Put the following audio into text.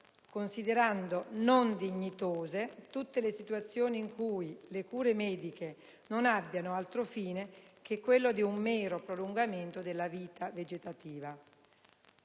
considerando non dignitose tutte le situazioni in cui le cure mediche non abbiano altro fine che quello di un mero prolungamento della vita vegetativa.